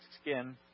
skin